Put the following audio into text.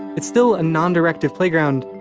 it's still a non-directive playground,